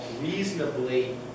reasonably